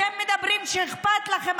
אתם מדברים על כך שאכפת לכם.